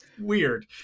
weird